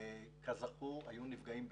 כזכור, היו נפגעים בנפש,